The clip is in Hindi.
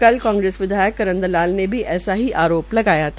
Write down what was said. कल कांग्रेस विधायक करण दलाल ने भी ऐसा ही आरोप लगाया था